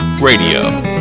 radio